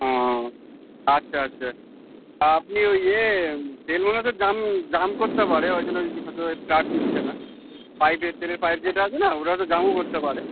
ও আচ্ছা আচ্ছা আপনি ওই এ তেলগুলো তো জাম জাম করতে পারে ওই জন্য ওই জন্য হয়তো চার্জ নিচ্ছে না পাইপের তেলের পাইপ যেটা আছে না ওটা তো জামও করতে পারে